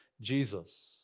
Jesus